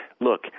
Look